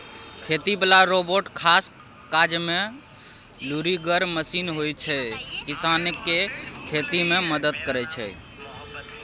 खेती बला रोबोट खास काजमे लुरिगर मशीन होइ छै किसानकेँ खेती मे मदद करय छै